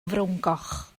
frowngoch